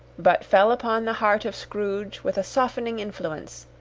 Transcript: but fell upon the heart of scrooge with a softening influence,